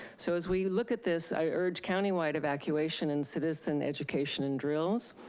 so as we look at this, i urge county-wide evacuation and citizen education and drills.